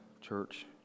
church